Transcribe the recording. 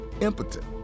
impotent